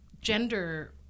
gender